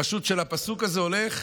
הפשט של הפסוק הזה הולך,